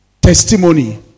testimony